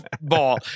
ball